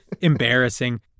embarrassing